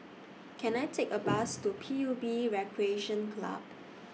Can I Take A Bus to P U B Recreation Club